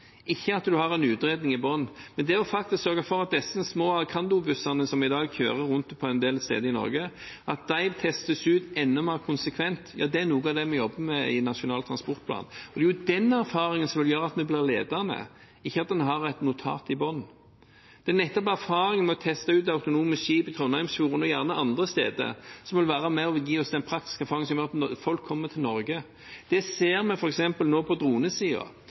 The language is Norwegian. ikke at man har en utredning i bunn. Det å faktisk sørge for at de små Acando-bussene som i dag kjører rundt en del steder i Norge, testes ut enda mer konsekvent, er noe av det vi jobber med i forbindelse med Nasjonal transportplan. Det er erfaringen som vil gjøre at vi blir ledende, ikke at vi har et notat i bunn. Det er nettopp erfaringen med å teste ut autonome skip i Trondheimsfjorden og gjerne andre steder, som vil være med på å gi oss den praktiske erfaringen som gjør at folk kommer til Norge. Det ser vi f.eks. nå på